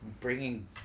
bringing